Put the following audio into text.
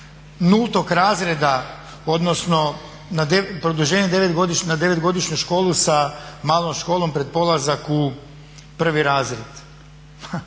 nultog razreda odnosno produženje na 9-godišnju školu sa malom školom pred polazak u prvi razred.